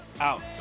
out